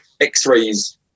x-rays